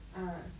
ah